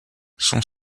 son